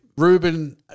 Ruben